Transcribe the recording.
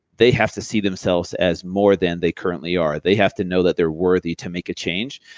they have to see themselves as more than they currently are. they have to know that they're worthy to make a change.